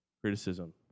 criticism